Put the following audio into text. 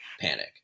panic